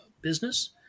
business